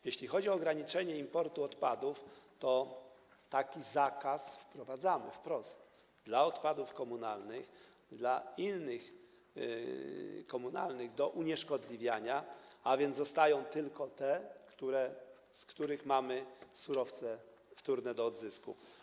Jeśli chodzi o ograniczenie importu odpadów, to taki zakaz wprowadzamy wprost dla odpadów komunalnych, dla innych odpadów komunalnych do unieszkodliwiania, a więc zostają tylko te, z których mamy surowce wtórne do odzysku.